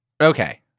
Okay